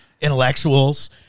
intellectuals